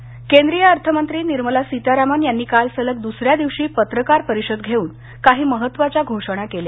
सीतारामन केंद्रीय अर्थमंत्री निर्मला सीतारामन यांनी काल सलग दूसऱ्या दिवशी पत्रकार परिषद घेऊन काही महत्त्वाच्या घोषणा केल्या